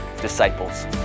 disciples